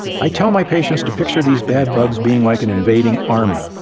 i tell my patients to picture these bad bugs being like an invading army.